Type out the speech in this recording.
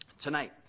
tonight